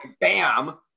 bam